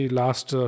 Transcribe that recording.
last